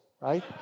right